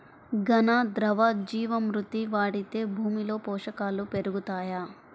ఘన, ద్రవ జీవా మృతి వాడితే భూమిలో పోషకాలు పెరుగుతాయా?